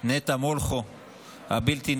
נטע מולכו הבלתי-נדלית,